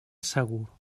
segur